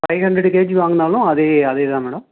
five hundred KG வாங்கினாலும் அதே அதே தான் மேடம்